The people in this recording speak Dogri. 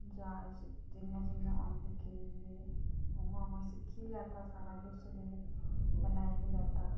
जाच जियां जियां औंदी गेई ते उ'यां उ'यां सिक्खी लैता सारा किश ते बनाई बी लैता